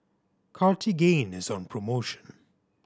Cartigain is on promotion